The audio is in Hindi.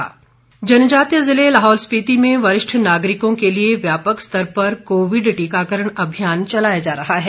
लाहौल वैक्सीनेशन जनजातीय ज़िले लाहौल स्पिति में वरिष्ठ नागरिकों के लिए व्यापक स्तर पर कोविड टीकाकरण अभियान चलाया जा रहा है